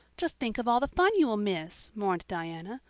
just think of all the fun you will miss, mourned diana.